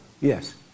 Yes